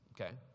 Okay